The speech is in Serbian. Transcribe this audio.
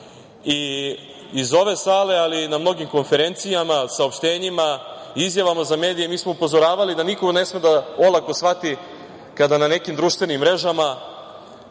i iz ove sale, ali i na mnogim konferencijama, saopštenjima, izjavama za medije mi smo upozoravali da niko ne sme da olako shvati kada na nekim društvenim mrežama